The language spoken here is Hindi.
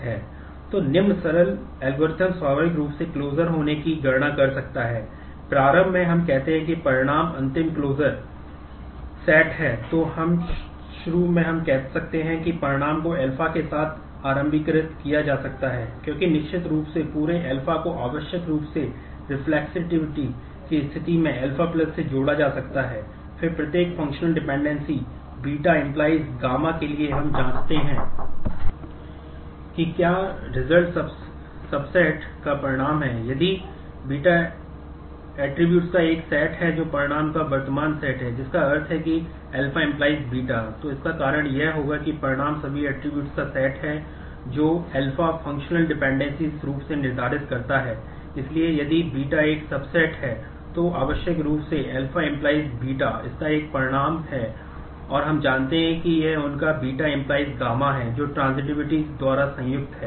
तो निम्न सरल एल्गोरिथ्म द्वारा संयुक्त है